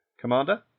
Commander